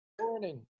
Morning